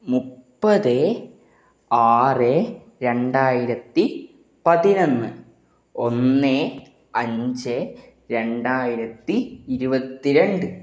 മുപ്പത് ആറ് രണ്ടായിരത്തി പതിനൊന്ന് ഒന്ന് അഞ്ച് രണ്ടായിരത്തി ഇരുപത്തി രണ്ട്